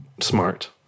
smart